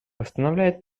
постановляет